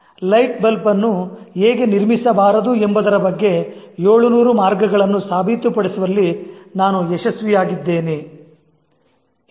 Light bulb ಅನ್ನು ಹೇಗೆ ನಿರ್ಮಿಸಬಾರದು ಎಂಬುದರ ಏಳುನೂರು ಮಾರ್ಗಗಳನ್ನು ಸಾಬೀತುಪಡಿಸುವಲ್ಲಿ ನಾನು ಯಶಸ್ವಿಯಾಗಿದ್ದೇನೆ" ಎಂದು